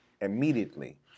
immediately